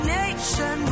nation